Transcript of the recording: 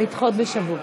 אבל לדחות בשבוע.